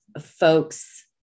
folks